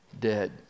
dead